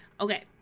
Okay